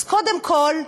אז קודם כול,